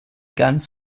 ganz